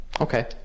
Okay